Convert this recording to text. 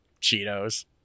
Cheetos